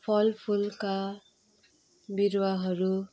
फल फुलका बिरुवाहरू